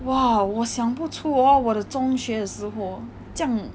!wah! 我想不出 hor 我的中学的时候 hor 这样